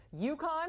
UConn